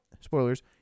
spoilers